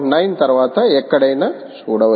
9 తర్వాత ఎక్కడైనా చూడవచ్చు